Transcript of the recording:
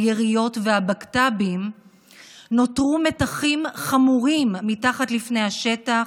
היריות והבק"תבים נותרו מתחים חמורים מתחת לפני השטח,